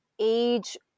age